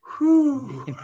Whoo